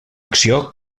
acció